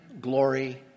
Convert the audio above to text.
glory